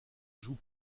joue